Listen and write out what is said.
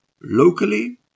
locally